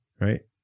right